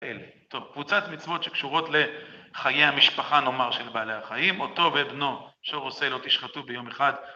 אלה. טוב, קבוצת מצוות שקשורות לחיי המשפחה, נאמר, של בעלי החיים, "אותו ואת בנו שור או שה לא תשחטו ביום אחד".